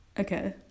Okay